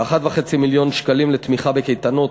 ו-1.5 מיליון שקלים לתמיכה בקייטנות,